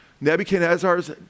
Nebuchadnezzar's